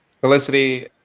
Felicity